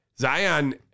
Zion